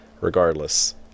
regardless